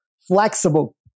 flexible